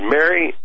Mary